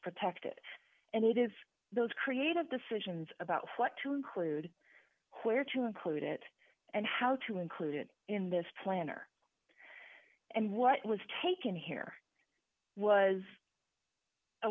protected and it is those creative decisions about what to include where to include it and how to include it in this plan or and what was taken here was a